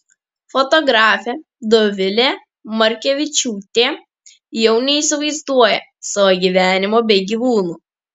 fotografė dovilė markevičiūtė jau neįsivaizduoja savo gyvenimo be gyvūnų